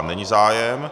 Není zájem.